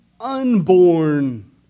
unborn